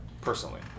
personally